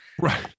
Right